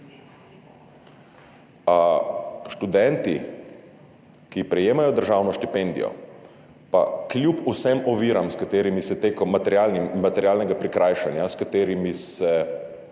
Študenti, ki prejemajo državno štipendijo, pa kljub vsem oviram materialnega prikrajšanja, s katerimi se